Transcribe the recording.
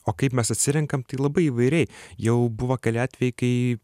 o kaip mes atsirenkam tai labai įvairiai jau buvo keli atvejai kai